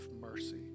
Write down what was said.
mercy